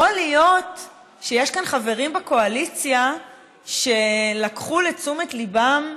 יכול להיות שיש כאן חברים בקואליציה שלקחו לתשומת ליבם,